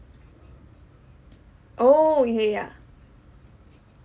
oh yeah yeah